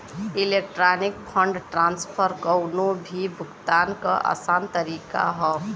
electronic fund transfer कउनो भी भुगतान क आसान तरीका हौ